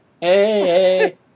hey